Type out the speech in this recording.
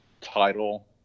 title